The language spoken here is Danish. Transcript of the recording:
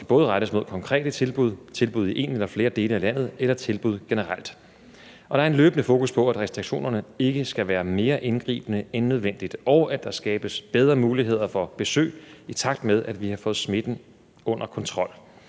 kan både rettes mod konkrete tilbud, tilbud i en eller flere dele af landet eller tilbud generelt. Der er et løbende fokus på, at restriktionerne ikke skal være mere indgribende end nødvendigt, og at der skabes bedre muligheder for besøg, i takt med at vi har fået smitten under kontrol.